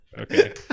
Okay